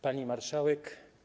Pani Marszałek!